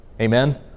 Amen